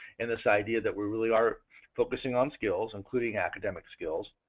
and this idea that we really are focusing on skills including academic skills,